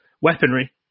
weaponry